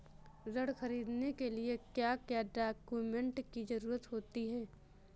ऋण ख़रीदने के लिए क्या क्या डॉक्यूमेंट की ज़रुरत होती है?